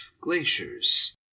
glaciers